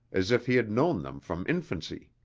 as if he had known them from infancy.